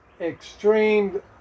extreme